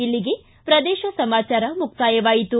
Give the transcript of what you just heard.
ಇಲ್ಲಿಗೆ ಪ್ರದೇಶ ಸಮಾಚಾರ ಮುಕ್ತಾಯವಾಯಿತು